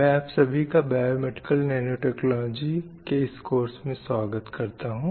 मैं आप सभी का बायोमेडिकल नैनोटेक्नॉलजी के इस कोर्स में स्वागत करता हूँ